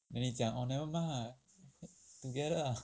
then 你讲 oh never mind lah together